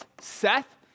Seth